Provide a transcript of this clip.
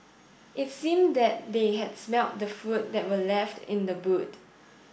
it seemed that they had smelt the food that were left in the boot